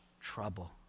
trouble